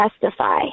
testify